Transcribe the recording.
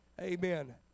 Amen